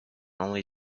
only